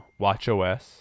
watchOS